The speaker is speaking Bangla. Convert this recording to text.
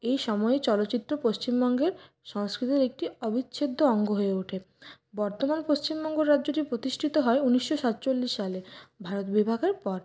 এই সাময়িক চলচ্চিত্র পশ্চিমবঙ্গের সংস্কৃতির একটি অবিচ্ছেদ্য অঙ্গ হয়ে উঠে বর্তমান পশ্চিমবঙ্গ রাজ্যটি প্রতিষ্ঠিত হয় উনিশশো সাতচল্লিশ সালে ভারত বিভাগের পর